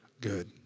good